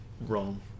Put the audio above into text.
wrong